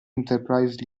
enterprise